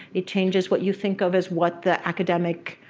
it changes what you think of as what the academic,